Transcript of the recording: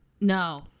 No